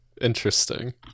Interesting